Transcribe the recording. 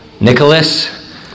Nicholas